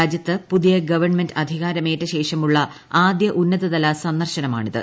രാജ്യത്ത് പുതിയ ഗവൺമെന്റ് അധികാരമേറ്റ ക്കേഷമുള്ള ആദൃ ഉന്നതതല സന്ദർശനമാണിത്